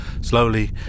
Slowly